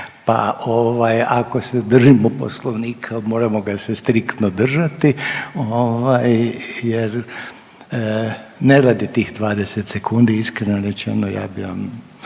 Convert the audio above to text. ovaj ako se držimo poslovnika moramo ga se striktno držati jer ne radi tih 20 sekundi iskreno rečeno. Ja bi vam